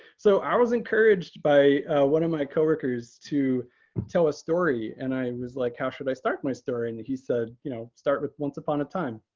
so i was encouraged by one of my co-workers to tell a story. and i was like, how should i start my story? and he said, you know, start with once upon a time.